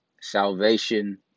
salvation